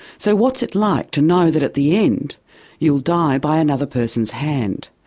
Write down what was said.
so what's it like to know that at the end you'll die by another person's hand,